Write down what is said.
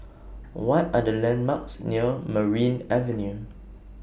What Are The landmarks near Merryn Avenue